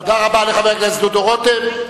תודה רבה לחבר הכנסת דודו רותם.